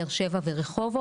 באר שבע ורחובות,